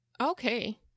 Okay